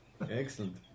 Excellent